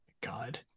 God